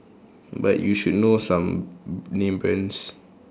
but you should know some named brands